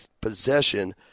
possession